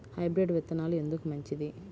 Hybrid విత్తనాలు ఎందుకు మంచిది?